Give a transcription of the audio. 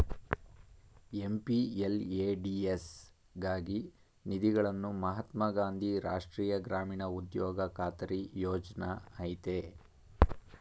MPLADS ಗಾಗಿ ನಿಧಿಗಳನ್ನು ಮಹಾತ್ಮ ಗಾಂಧಿ ರಾಷ್ಟ್ರೀಯ ಗ್ರಾಮೀಣ ಉದ್ಯೋಗ ಖಾತರಿ ಯೋಜ್ನ ಆಯ್ತೆ